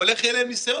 אבל איך יהיה להם ניסיון?